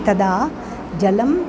तदा जलम्